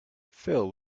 phil